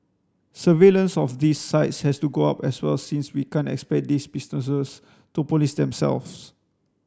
surveillance of these sites has to go up as well since we can't expect these businesses to police themselves